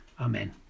Amen